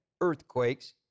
earthquakes